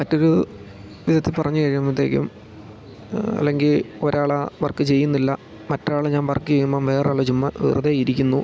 മറ്റൊരു വിധത്തിൽ പറഞ്ഞു കഴിയുമ്പോഴത്തേക്കും അല്ലെങ്കിൽ ഒരാൾ ആ വർക്ക് ചെയ്യുന്നില്ല മറ്റൊരാൾ ഞാൻ വർക്ക് ചെയ്യുമ്പം വേറൊരാൾ ചുമ്മാ വെറുതെ ഇരിക്കുന്നു